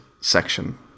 section